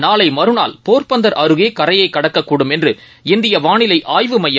நாளைமறுநாள் போர்பந்தர் அருகேகரையக்கடக்கக்கூடும் என்று இந்தியவாளிலைஆய்வுமையம்